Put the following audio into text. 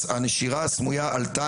שהנשירה הסמוייה עלתה,